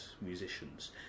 musicians